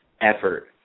effort